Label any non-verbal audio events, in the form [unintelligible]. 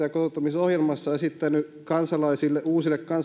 [unintelligible] ja kotouttamisohjelmassaan esittäneet uusille kansalaisille